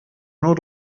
nur